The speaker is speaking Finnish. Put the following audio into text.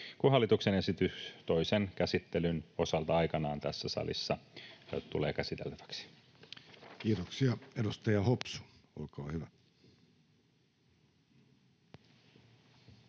kun hallituksen esitys toisen käsittelyn osalta aikanaan tässä salissa tulee käsiteltäväksi. [Speech 88] Speaker: Jussi Halla-aho